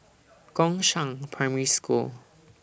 Gongshang Primary School